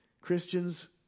Christians